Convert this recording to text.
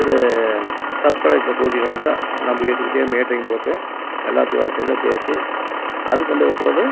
இது சப் கலெக்டரை கூட்டிட்டு வந்து நம்ம வீட்டுக்கிட்டேயே மீட்டிங் போட்டு எல்லாத்தையும் வரச்சொல்லி பேசி அதுக்கும் பிற்பாடு